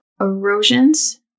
erosions